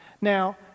Now